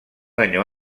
año